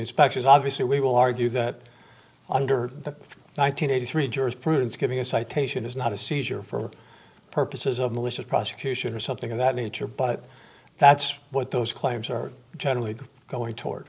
inspections obviously we will argue that under the one nine hundred eighty three jurisprudence giving a citation is not a seizure for purposes of malicious prosecution or something of that nature but that's what those claims are generally going toward